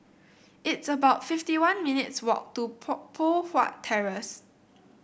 it's about fifty one minutes' walk to Pot Poh Huat Terrace